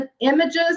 images